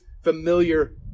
familiar